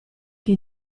che